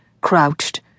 crouched